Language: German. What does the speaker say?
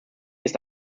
ist